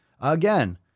Again